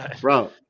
Bro